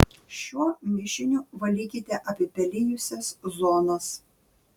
šiuo mišiniu valykite apipelijusias zonas